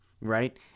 right